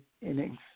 innings